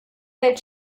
welt